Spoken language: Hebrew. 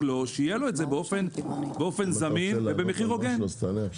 שיהיה לו את זה באופן זמין ובמחיר הוגן.